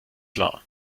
klar